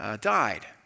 died